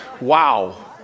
Wow